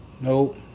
Nope